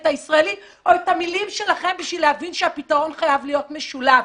הישראלי או את המילים שלכם בשביל להבין שהפתרון חייב להיות משולב,